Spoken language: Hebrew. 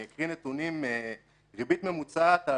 אני אקרא נתונים של ריבית ממוצעת על